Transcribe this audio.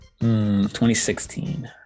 2016